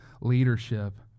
leadership